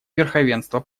верховенство